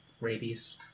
Rabies